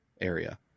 area